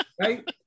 right